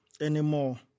Anymore